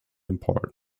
important